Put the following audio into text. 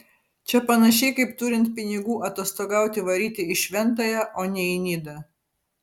čia panašiai kaip turint pinigų atostogauti varyti į šventąją o ne į nidą